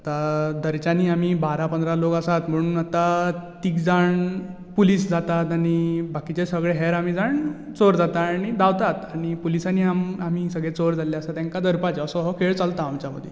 आतां धरच्यांनी आमी बारा पंदरा लोक आसात म्हूण आतां तिग जाण पुलीस जातात आनी बाकीचे सगळे हेर आमी जाण चोर जाता आनी धांवतात आनी पुलिसांनी आमी आमी सगळें चोर जाल्लें आसा तेंकां धरपाचें असो हो खेळ चलता आमच्या मदीं